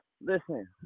Listen